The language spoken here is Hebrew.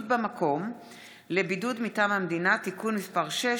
במקום לבידוד מטעם המדינה) (תיקון מס' 6),